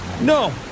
No